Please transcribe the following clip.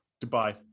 goodbye